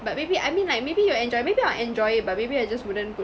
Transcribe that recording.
but maybe I mean like maybe you'll enjoy maybe I'll enjoy it but maybe I just wouldn't put